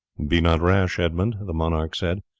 be not rash, edmund, the monarch said,